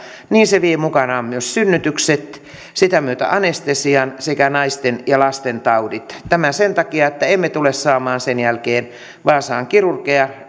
niin se vie mukanaan myös synnytykset sitä myötä anestesian sekä naisten ja lastentaudit tämä sen takia että emme tule saamaan sen jälkeen vaasaan kirurgeja